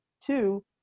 Two